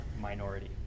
minority